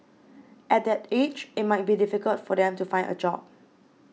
at that age it might be difficult for them to find a job